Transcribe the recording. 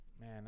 Man